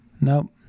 Nope